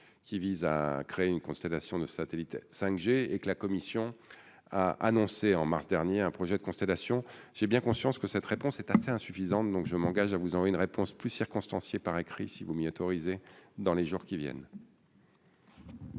qui vise à créer une constellation de satellites et 5 G et que la commission a annoncé en mars dernier un projet de constellation, j'ai bien conscience que cette réponse est assez insuffisante, donc je m'engage à vous aurez une réponse plus circonstanciée par écrit, si vous m'y autorisez dans les jours qui viennent.